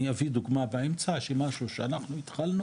אני אביא דוגמה של משהו שאנחנו התחלנו